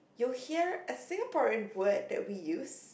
you'll hear a Singaporean word that we use